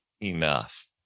enough